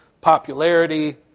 popularity